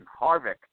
Harvick